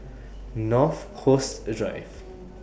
North Coast Drive